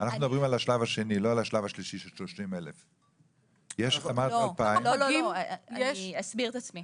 מדברים על השלב השני ולא על השלב השלישי של 30,000. אני אסביר את עצמי.